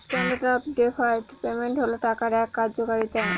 standard of deferred payment হল টাকার এক কার্যকারিতা